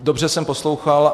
Dobře jsem poslouchal.